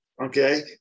Okay